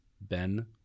Ben